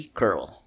curl